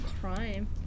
crime